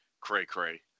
cray-cray